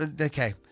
okay